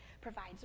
provides